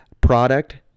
product